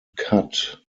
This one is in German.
cut